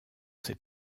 ses